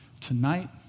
Tonight